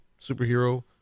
superhero